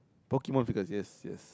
Pokemon figures yes yes